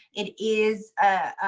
it is,